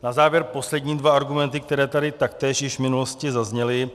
Na závěr poslední dva argumenty, které tady taktéž již v minulosti zazněly.